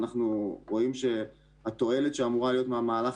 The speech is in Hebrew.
אנחנו רואים שהתועלת שאמורה להיות מהמהלך